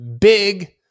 big